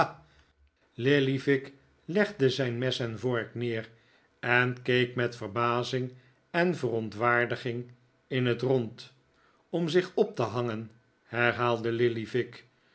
ha ha lillyvick legde zijn mes en vork neer en keek met verbazing en verohtwaardiging in het rond om zich op te hangen herhaalde lillyvick